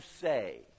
say